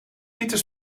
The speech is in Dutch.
pieter